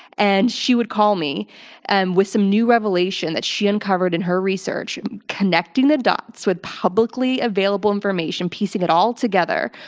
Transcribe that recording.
and she would call me and with some new revelation that she uncovered in her research connecting the dots with publicly available information piecing it all together.